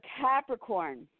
Capricorn